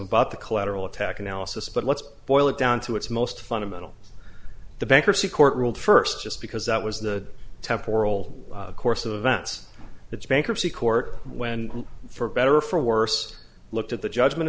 about the collateral attack analysis but let's boil it down to its most fundamental the bankruptcy court ruled first just because that was the temporal course of events that the bankruptcy court when for better or for worse looked at the judgment